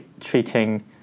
treating